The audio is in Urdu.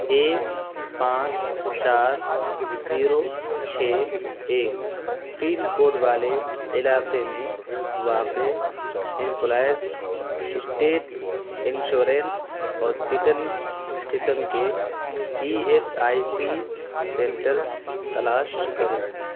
ایک پانچ چار زیرو چھ ایک پن کوڈ والے علاقے میں واقع امپلائیز اسٹیٹ انشورنس ہاسپٹل قسم کے E S I C centres تلاش کرو